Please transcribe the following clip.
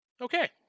Okay